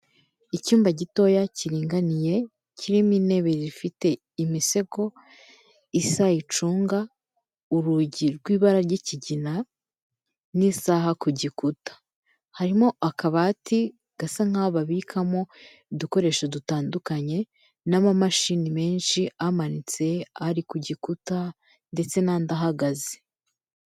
Icyumba gitoya kiringaniye kirimo intebe zifite imisego isa icunga, urugi rw'ibara ry'ikigina, n'isaha ku gikuta. Harimo akabati gasa nk'aho babikamo udukoresho dutandukanye n'amamashini menshi amanitse, ari ku gikuta ndetse n'andi ahagaze.